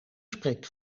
spreekt